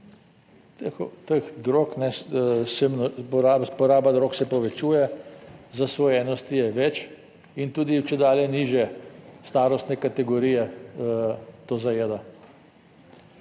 Teh drog, poraba drog se povečuje, zasvojenosti je več in tudi čedalje nižje starostne kategorije to zajeda.